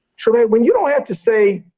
trymaine, when you don't have to say,